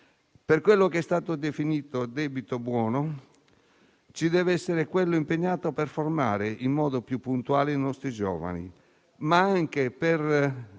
In quello che è stato definito debito buono ci deve essere quello impegnato per formare in modo più puntuale i nostri giovani, ma anche per